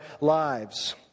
lives